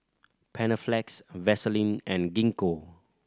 Panaflex Vaselin and Gingko